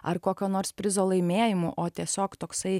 ar kokio nors prizo laimėjimu o tiesiog toksai